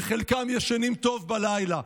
וחלק, ישנים טוב בלילה.